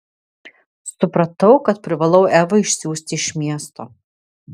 supratau kad privalau evą išsiųsti iš miesto